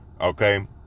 Okay